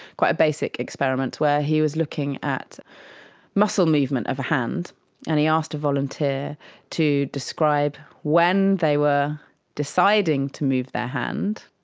quite a basic experiment where he was looking at muscle movement of a hand and he asked a volunteer to describe when they were deciding to move their hand,